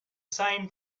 same